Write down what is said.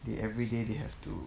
the everyday they have to